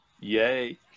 yay